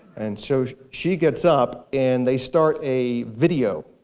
and so she gets up, and they start a video.